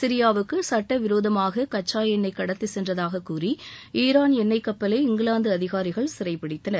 சிரியாவுக்கு சட்ட விரோதமாக கச்சா எண்ணொய் கடத்திச் சென்றதாக கூறி ஈரான் எண்ணெய் கப்பலை இங்கிலாந்து அதிகாரிகள் சிறைப்பிடித்தனர்